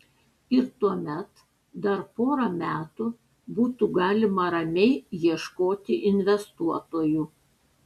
ir tuomet dar porą metų būtų galima ramiai ieškoti investuotojų